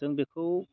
जों बेखौ